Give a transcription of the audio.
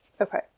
Okay